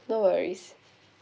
no worries